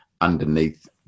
underneath